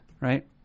right